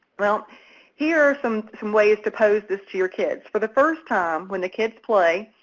well here are some some ways to pose this to your kids. for the first time, when the kids play,